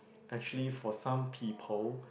actually for some people